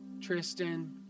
Tristan